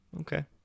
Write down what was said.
Okay